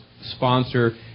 sponsor